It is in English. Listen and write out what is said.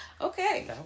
okay